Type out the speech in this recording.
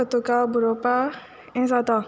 तुका बोरोवपा हें जाता